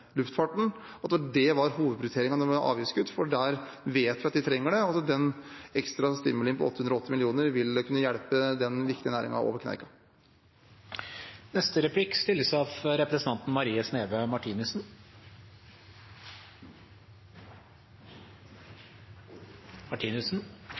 Det var hovedprioriteringen med avgiftskutt, for der vet vi at de trenger det. Den ekstra stimuleringen på 880 mill. kr vil kunne hjelpe den viktige næringen over kneika.